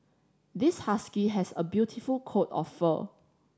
this husky has a beautiful coat of fur